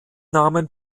namen